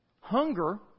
Hunger